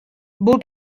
beau